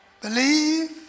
believe